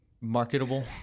marketable